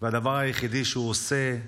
והדבר היחידי שהוא עושה,